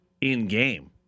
in-game